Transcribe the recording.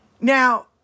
Now